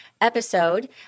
episode